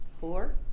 four